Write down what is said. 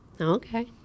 Okay